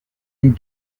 des